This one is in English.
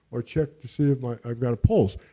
or check to see if like i've got a pulse,